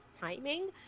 timing